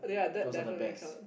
those are the best